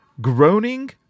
Groaning